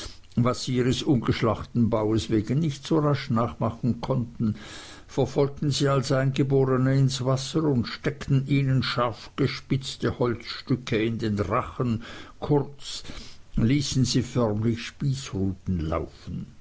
was sie ihres ungeschlachten baues wegen nicht so rasch nachmachen konnten verfolgten sie als eingeborene ins wasser und steckten ihnen scharfgespitzte holzstücke in den rachen kurz ließen sie förmlich